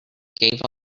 gave